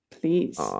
Please